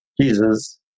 Jesus